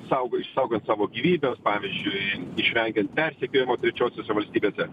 saugo išsaugant savo gyvybes pavyzdžiui išvengiant persekiojimo trečiosiose valstybėse